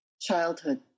childhood